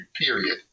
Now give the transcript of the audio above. period